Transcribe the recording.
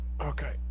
Okay